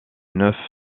neuf